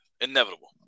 inevitable